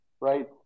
right